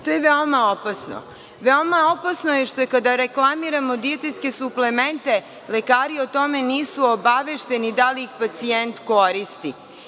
To je veoma opasno. Opasno je kada reklamiramo dijetetske suplemente lekari o tome nisu obavešteni da li ih pacijent koristi